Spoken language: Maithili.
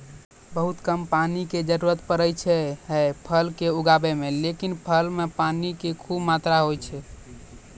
बहुत कम पानी के जरूरत पड़ै छै है फल कॅ उगाबै मॅ, लेकिन फल मॅ पानी के खूब मात्रा होय छै